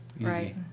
Right